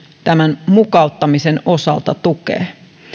tämän mukauttamisen osalta tukee